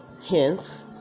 hence